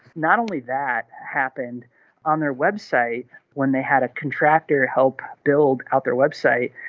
not only that. happened on their website when they had a contractor help build out their web site.